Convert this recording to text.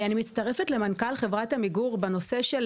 אני מצטרפת למנכ"ל חברת עמיגור בנושא של